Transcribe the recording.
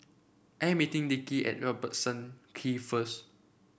I am meeting Dickie at Robertson Kee first